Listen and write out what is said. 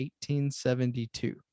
1872